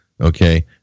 Okay